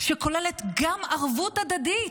שכוללת גם ערבות הדדית.